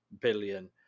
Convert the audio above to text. billion